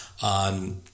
On